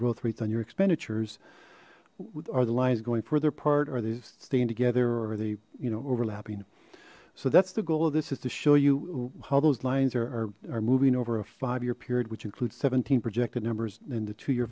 growth rates on your expenditures are the lines going further apart are they staying together or they you know overlapping so that's the goal of this is to show you how those lines are moving over a five year period which includes seventeen projected numbers and the two year